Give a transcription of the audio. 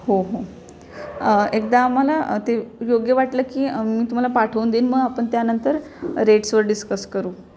हो हो एकदा आम्हाला ते योग्य वाटलं की मी तुम्हाला पाठवून देईन मग आपण त्यानंतर रेट्सवर डिस्कस करू